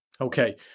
Okay